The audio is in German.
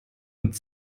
und